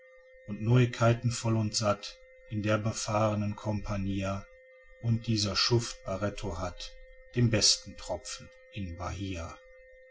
und neuigkeiten voll und satt in der befahrnen companhia und dieser schuft baretto hat den besten tropfen in